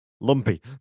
Lumpy